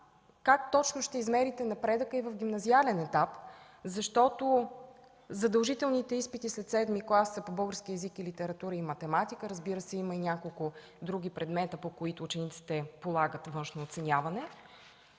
как точно ще измерите напредъка и в гимназиалния етап, защото задължителните изпити след седми клас са по български език и литература и математика. Разбира се, има и някои други предмети, по които учениците полагат външно оценяване,